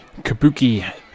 Kabuki